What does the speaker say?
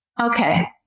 Okay